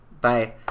Bye